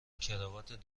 کراوات